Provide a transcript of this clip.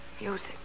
music